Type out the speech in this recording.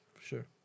Sure